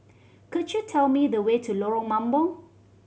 could you tell me the way to Lorong Mambong